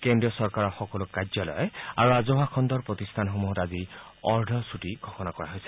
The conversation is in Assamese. কেন্দ্ৰীয় চৰকাৰৰ সকলো কাৰ্যলয় আৰু ৰাজহুৱা খণ্ডৰ প্ৰতিষ্ঠানসমূহত আজি অৰ্ধছুটী ঘোষণা কৰা হৈছে